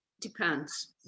depends